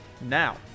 Now